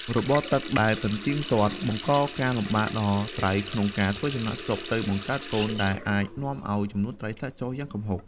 របបទឹកដែលមិនទៀងទាត់បង្កការលំបាកដល់ត្រីក្នុងការធ្វើចំណាកស្រុកទៅបង្កើតកូន ដែលអាចនាំឱ្យចំនួនត្រីធ្លាក់ចុះយ៉ាងគំហុក។